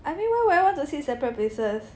I mean why would I want to seat seperate places